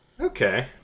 Okay